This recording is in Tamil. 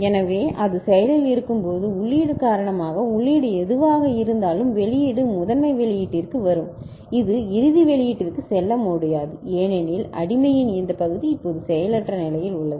எனவே அது செயலில் இருக்கும்போது உள்ளீடு காரணமாக உள்ளீடு எதுவாக இருந்தாலும் வெளியீடு முதன்மை வெளியீட்டிற்கு வரும் இது இறுதி வெளியீட்டிற்கு செல்ல முடியாது ஏனெனில் அடிமையின் இந்த பகுதி இப்போது செயலற்ற நிலையில் உள்ளது